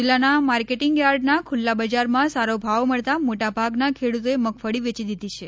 જિલ્લાના માર્કેટીંગયાર્ડના ખુલ્લા બજારમાં સારો ભાવ મળતા મોટા ભાગના ખેડૂતોએ મગફળી વેચી દીધી છે